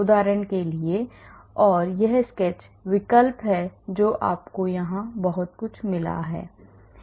उदाहरण के लिए और यह स्केच विकल्प है जो आपको यहां बहुत कुछ मिला है